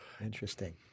Interesting